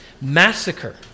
Massacre